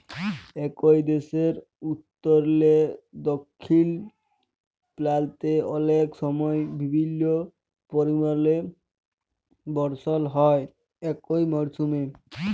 একই দ্যাশের উত্তরলে দখ্খিল পাল্তে অলেক সময় ভিল্ল্য পরিমালে বরসল হ্যয় একই মরসুমে